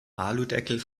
aludeckel